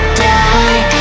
die